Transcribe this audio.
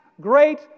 great